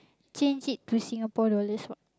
change it to Singapore dollars what